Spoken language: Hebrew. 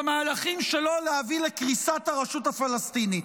במהלכים שלו להביא לקריסת הרשות הפלסטינית.